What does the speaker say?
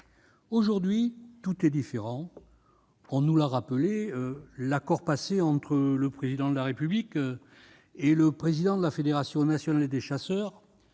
Aujourd'hui, tout est différent. L'accord passé entre le Président de la République et le président de la Fédération nationale des chasseurs,